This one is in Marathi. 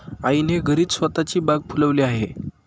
आईने घरीच स्वतःची बाग फुलवली आहे